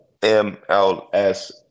MLS